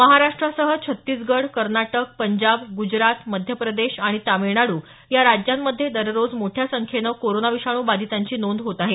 महाराष्ट्रासह छत्तीसगड कर्नाटक पंजाब गुजरात मध्य प्रदेश आणि तामिळनाडू या राज्यांमध्ये दररोज मोठ्या संख्येनं कोरोना विषाणू बाधितांची नोंद होत आहे